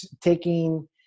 taking